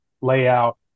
layout